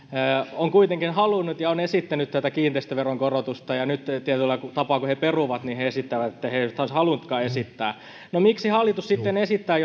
on kuitenkin halunnut ja esittänyt tätä kiinteistöveron korotusta miten nyt tietyllä tapaa kun he peruvat he esittävät että he eivät olisi halunneetkaan esittää no miksi hallitus sitten esittää